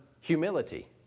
humility